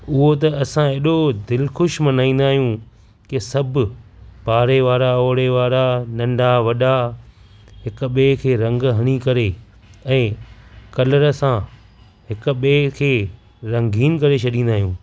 उहो त असां एॾो दिलि ख़ुशि मल्हाईंदा आहियूं की सभु पाड़े वारा ओड़े वारा नंढा वॾा हिक ॿिए खे रंग हणी करे ऐं कलर सां हिक ॿिए खे रंगीन करे छॾींदा आहियूं